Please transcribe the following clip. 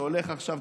שהולך עכשיו,